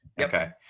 Okay